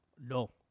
no